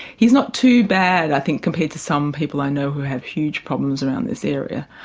he's not too bad i think compared to some people i know who have huge problems around this area,